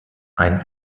ein